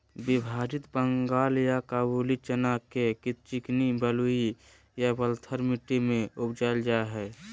विभाजित बंगाल या काबूली चना के चिकनी बलुई या बलथर मट्टी में उपजाल जाय हइ